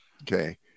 okay